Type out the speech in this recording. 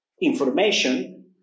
information